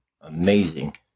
Amazing